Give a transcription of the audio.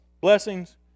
blessings